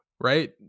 right